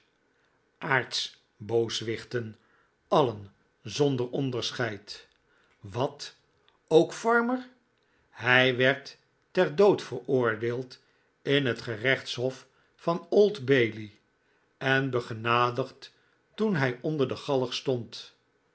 aartsbooswichten alien zonder onderscheid wat ook farmer hij werd ter dood veroordeeld in het gerechtshof van old-bailey en begenadigd toen hij onder de galg stond